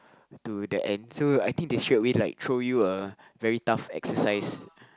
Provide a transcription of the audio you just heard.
to the actual I think they straight away like throw you a a very tough exercise